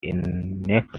next